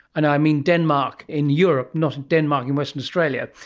and i mean denmark in europe, not denmark in western australia,